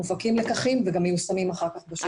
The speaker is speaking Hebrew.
מופקים לקחים וגם מיושמים אחר כך בשטח.